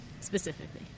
Specifically